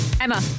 Emma